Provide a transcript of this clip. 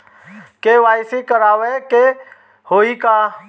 KYC करावे के होई का?